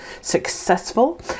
successful